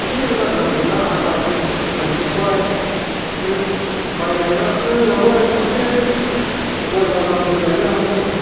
लांदां गैला गायजोब्बाय बे माइ गायग्राखौनो माबा माथो गय बागानबो गायलाय लाङो